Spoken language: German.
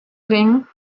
ring